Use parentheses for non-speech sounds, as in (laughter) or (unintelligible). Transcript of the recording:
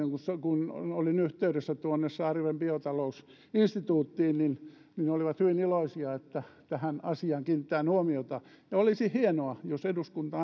kun olin yhteydessä tuonne saarijärven biotalousinstituuttiin he olivat hyvin iloisia että tähän asiaan kiinnitetään huomiota olisi hienoa jos eduskunta (unintelligible)